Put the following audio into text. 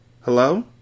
Hello